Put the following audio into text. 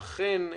ואכן,